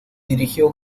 dirigió